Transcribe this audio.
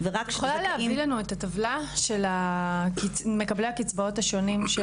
--- את יכולה להביא לנו את הטבלה של מקבלי הקצבאות השונות.